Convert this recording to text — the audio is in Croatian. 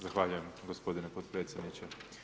Zahvaljujem gospodine potpredsjedniče.